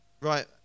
right